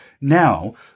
now